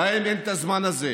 להם אין את הזמן הזה.